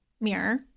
mirror